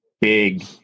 big